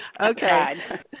Okay